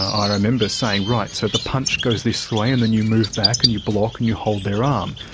i remember saying, right, so the punch goes this way and then you move back and you block and you hold their um